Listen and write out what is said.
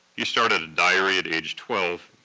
he started a diary at age twelve,